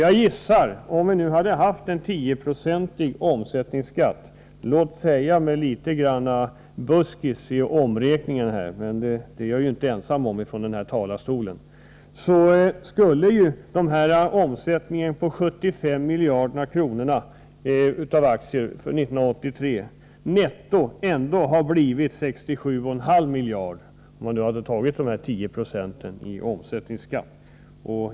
Jag gissar att om vi hade haft en 10 90 omsättningsskatt på aktier, så skulle omsättningen på 75 miljarder kronor netto för år 1983 ändå blivit 67,5 miljarder-.kronor. Må vara att beräkningarna är litet ungefärliga, men jag är inte ensam om det här i kammaren.